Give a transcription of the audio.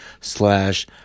slash